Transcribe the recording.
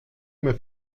mehr